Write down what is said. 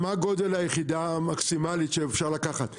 מה גודל היחידה המקסימלית שאפשר לקחת?